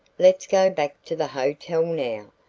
let's go back to the hotel now,